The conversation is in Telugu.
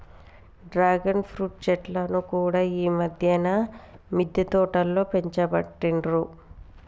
డ్రాగన్ ఫ్రూట్ చెట్లను కూడా ఈ మధ్యన మిద్దె తోటలో పెంచబట్టిండ్రు